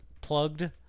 plugged